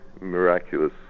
miraculous